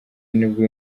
nibwo